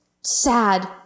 sad